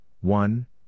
one